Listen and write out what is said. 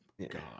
God